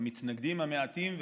למתנגדים המעטים,